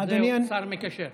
השר המקשר.